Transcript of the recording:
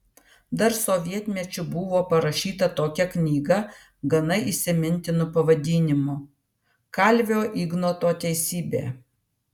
dar sovietmečiu buvo parašyta tokia knyga gana įsimintinu pavadinimu kalvio ignoto teisybė